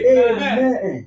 amen